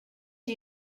you